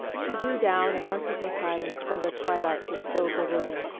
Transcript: she drew down a merciful silence from the twilight which filled the room.